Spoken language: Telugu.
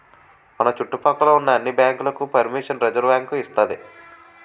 మన చుట్టు పక్క లో ఉన్న అన్ని బ్యాంకులకు పరిమిషన్ రిజర్వుబ్యాంకు ఇస్తాది